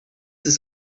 ist